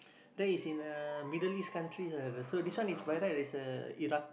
that is in a Middle-East country ah so this one by right is uh Iraq